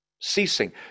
ceasing